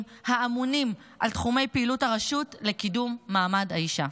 האמונים על תחומי פעילות הרשות לקידום מעמד האישה.